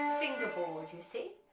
fingerboard you see,